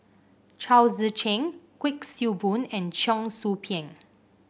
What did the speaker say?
Chao Tzee Cheng Kuik Swee Boon and Cheong Soo Pieng